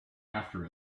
after